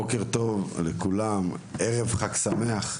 בוקר טוב לכולם וחג שמח,